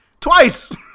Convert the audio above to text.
Twice